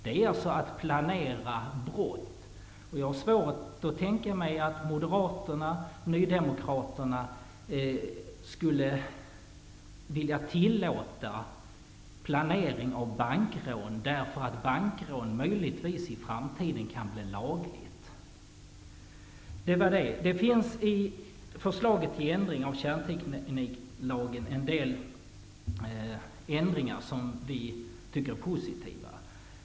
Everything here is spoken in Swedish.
Det är alltså att planera brott. Jag har svårt att tänka mig att Moderaterna och nydemokraterna skulle vilja tillåta planering av bankrån, därför att bankrån möjligtvis kan bli lagligt i framtiden. I förslaget till ändringar av kärntekniklagen finns en del ändringar som vi tycker är positiva.